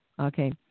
Okay